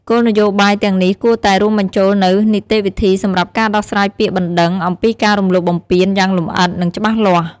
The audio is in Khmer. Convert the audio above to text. គោលនយោបាយទាំងនេះគួរតែរួមបញ្ចូលនូវ នីតិវិធីសម្រាប់ការដោះស្រាយពាក្យបណ្តឹងអំពីការរំលោភបំពាន យ៉ាងលម្អិត និងច្បាស់លាស់។